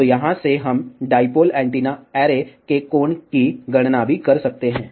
तो यहाँ से हम डाईपोल एंटीना ऐरे के कोण की गणना भी कर सकते हैं